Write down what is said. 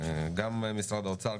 גם משרד האוצר,